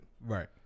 right